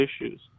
issues